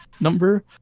number